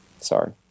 sorry